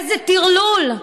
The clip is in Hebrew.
איזה טרלול,